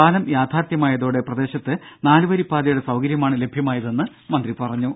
പാലം യാഥാർഥ്യമായതോടെ പ്രദേശത്ത് നാലുവരിപ്പാതയുടെ സൌകര്യമാണു ലഭ്യമായതെന്ന് മന്ത്രി പറഞ്ഞു